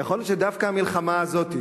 ויכול להיות שדווקא המלחמה הזאת,